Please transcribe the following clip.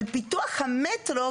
אבל פיתוח המטרו,